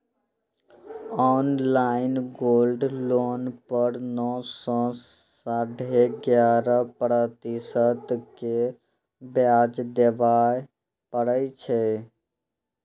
online gold loan पर नौ सं साढ़े ग्यारह प्रतिशत के ब्याज देबय पड़ै छै